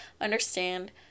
understand